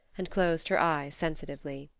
and closed her eyes sensitively.